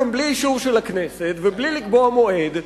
גם בלי אישור של הכנסת ובלי לקבוע מועד,